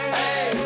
hey